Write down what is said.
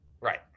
Right